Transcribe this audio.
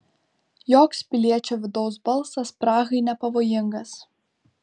joks piliečio vidaus balsas prahai nepavojingas